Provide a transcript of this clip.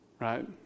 Right